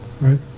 Right